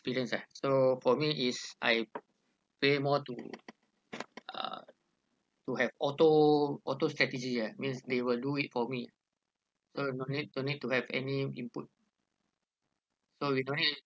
experience lah so for me is I pay more to uh to have auto auto strategy ah means they will do it for me so you no need no need to have any input so we don't need